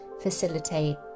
facilitate